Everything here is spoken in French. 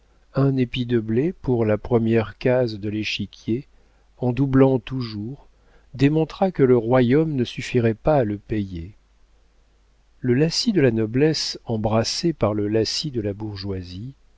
un épi de blé pour la première case de l'échiquier en doublant toujours démontra que le royaume ne suffirait pas à le payer le lacis de la noblesse embrassé par le lacis de la bourgeoisie